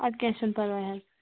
اَدٕ کینٛہہ چھُنہٕ پرواے حظ